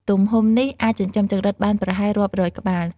ទំហំនេះអាចចិញ្ចឹមចង្រិតបានប្រហែលរាប់រយក្បាល។